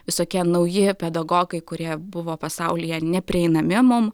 visokie nauji pedagogai kurie buvo pasaulyje neprieinami mum